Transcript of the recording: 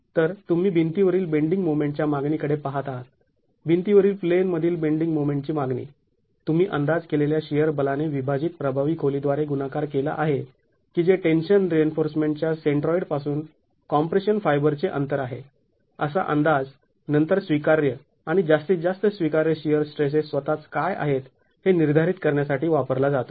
तर तुम्ही भिंती वरील बेंडींग मोमेंट च्या मागणी कडे पहात आहात भिंती वरील प्लेन मधील बेंडींग मोमेंटची मागणी तुम्ही अंदाज केलेल्या शिअर बलाने विभाजित प्रभावी खोली द्वारे गुणाकार केला आहे की जे टेन्शन रिइन्फोर्समेंट च्या सेंट्रॉईड पासून कॉम्प्रेशन फायबर चे अंतर आहे असा अंदाज नंतर स्वीकार्य आणि जास्तीत जास्त स्वीकार्य शिअर स्ट्रेसेस स्वतःच काय आहेत हे निर्धारित करण्यासाठी वापरला जातो